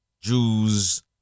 Jews